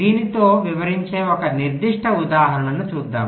దీనితో వివరించే ఒక నిర్దిష్ట ఉదాహరణను చూద్దాం